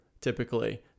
typically